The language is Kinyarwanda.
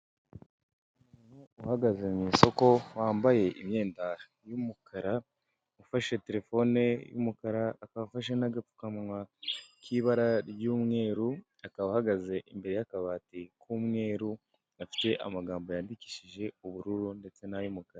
Umuntu uhagaze mu isoko wambaye imyenda y'umukara ufashe telefone y'umukara, akabafashe n'agapfukawa k'ibara ry'umweru, akaba ahahagaze imbere y'akabati k'umweru gafite amagambo yandikishije ubururu ndetse n'ay'umukara.